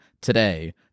today